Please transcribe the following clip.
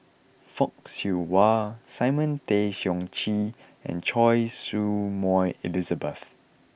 Fock Siew Wah Simon Tay Seong Chee and Choy Su Moi Elizabeth